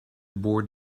board